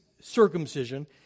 circumcision